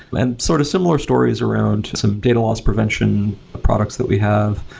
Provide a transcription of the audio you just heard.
and sort of similar stories around some data loss prevention products that we have.